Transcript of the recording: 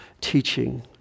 teaching